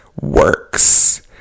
works